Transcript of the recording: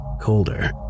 colder